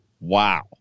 wow